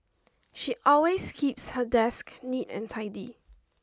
she always keeps her desk neat and tidy